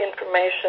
information